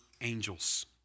angels